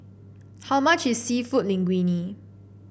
how much is seafood Linguine